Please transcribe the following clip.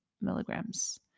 milligrams